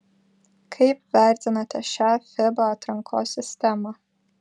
kaip vertinate šią fiba atrankos sistemą